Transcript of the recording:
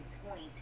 point